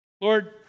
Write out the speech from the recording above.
Lord